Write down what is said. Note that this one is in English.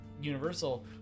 Universal